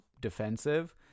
defensive